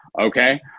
okay